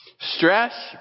Stress